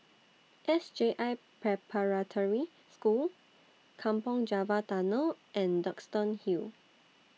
S J I Preparatory School Kampong Java Tunnel and Duxton Hill